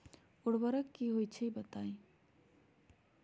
उर्वरक की होई छई बताई?